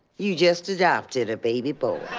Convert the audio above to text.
you just adopted a baby boy.